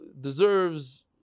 deserves